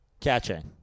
Catching